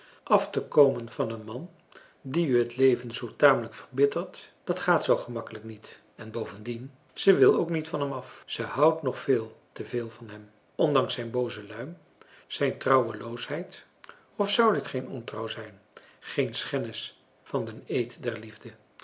af te komen van een man die u het leven zoo tamelijk verbittert dat françois haverschmidt familie en kennissen gaat zoo gemakkelijk niet en bovendien zij wil ook niet van hem af zij houdt nog veel te veel van hem ondanks zijn booze luim zijn trouweloosheid of zou dit geen ontrouw zijn geen schennis van den eed der liefde